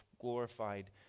glorified